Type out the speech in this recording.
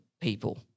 people